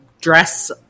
dress